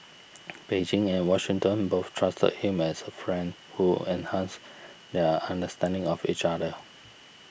Beijing and Washington both trusted him as a friend who enhanced their understanding of each other